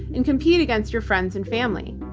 and compete against your friends and family.